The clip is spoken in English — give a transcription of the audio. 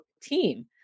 team